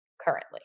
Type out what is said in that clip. currently